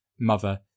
mother